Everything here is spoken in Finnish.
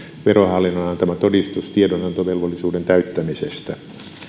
verohallinnon antama todistus tiedonantovelvollisuuden täyttämisestä